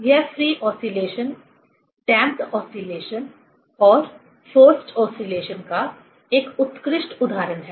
यह free oscillation damped oscillation और forced oscillation का एक उत्कृष्ट उदाहरण है